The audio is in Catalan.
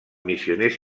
missioners